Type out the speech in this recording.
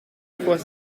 trois